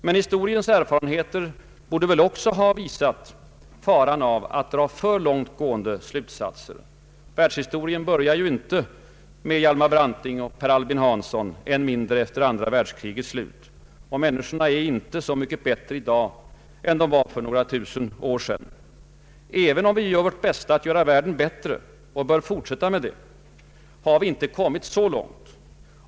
Men historiens erfarenheter borde väl också ha visat faran av att dra för långtgående slutsatser. Världshistorien börjar inte med Hjalmar Branting och Per Albin Hansson, än mindre efter andra världskrigets slut. Människorna är inte så mycket bättre i dag än de var för några tusen år sedan. Även om vi gör vårt bästa för att världen skall bli bättre och bör fortsätta med det, har vi inte kommit långt.